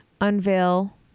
unveil